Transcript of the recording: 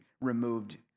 removed